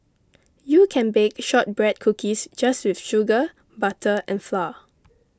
you can bake Shortbread Cookies just with sugar butter and flour